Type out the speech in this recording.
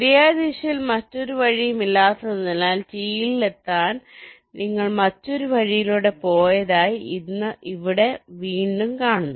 ശരിയായ ദിശയിൽ മറ്റൊരു വഴിയും ഇല്ലാത്തതിനാൽ ടിയിൽ എത്താൻ നിങ്ങൾ മറ്റൊരു വഴിയിലൂടെ പോയതായി ഇവിടെ നിന്ന് വീണ്ടും കാണുന്നു